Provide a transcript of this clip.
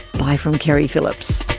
bye from keri phillips